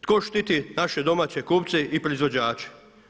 Tko štititi naše domaće kupce i proizvođače?